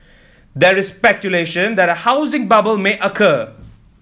there is speculation that a housing bubble may occur